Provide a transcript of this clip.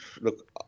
look